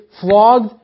flogged